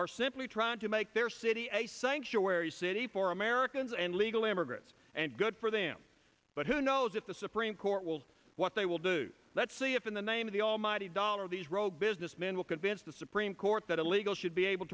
are simply trying to make their city a sanctuary city for americans and legal immigrants and good for them but who knows if the supreme court will do what they will do let's see if in the name of the almighty dollar these rogue businessmen will convince the supreme court that illegals should be able